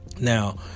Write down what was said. Now